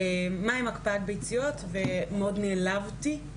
מה עם הקפאת ביציות, ומאד נעלבתי.